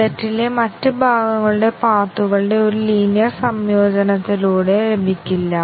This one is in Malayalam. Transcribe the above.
ഈ ശരി തെറ്റായ മൂല്യങ്ങൾ ബ്രാഞ്ച് ഫലത്തെ നിർണ്ണയിക്കുന്നു